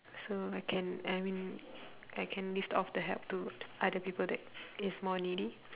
so I can I mean I can lift off to help to other people that is more needy